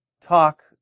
talk